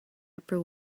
upper